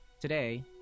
Today